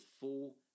full